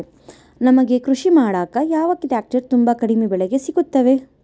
ನಮಗೆ ಕೃಷಿ ಮಾಡಾಕ ಯಾವ ಟ್ರ್ಯಾಕ್ಟರ್ ತುಂಬಾ ಕಡಿಮೆ ಬೆಲೆಗೆ ಸಿಗುತ್ತವೆ?